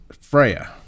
Freya